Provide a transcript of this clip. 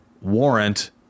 warrant